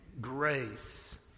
grace